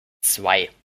zwei